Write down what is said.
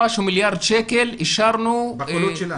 בקולות שלנו.